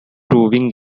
roving